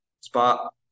spot